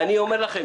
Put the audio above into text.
אני אומר לכם,